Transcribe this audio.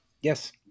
Yes